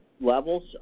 levels